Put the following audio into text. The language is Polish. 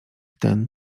ten